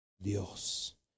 Dios